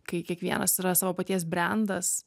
kai kiekvienas yra savo paties brendas